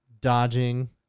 dodging